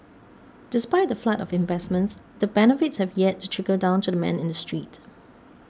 despite the flood of investments the benefits have yet to trickle down to the man in the street